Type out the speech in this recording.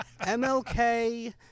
MLK